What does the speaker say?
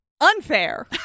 unfair